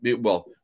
well-